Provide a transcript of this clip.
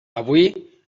avui